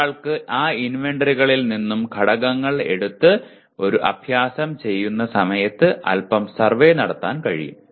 ഒരാൾക്ക് ആ ഇൻവെന്ററികളിൽ നിന്നും ഘടകങ്ങൾ എടുത്ത് ഒരു അഭ്യാസം ചെയ്യുന്ന സമയത്ത് അൽപം സർവേ നടത്താൻ കഴിയും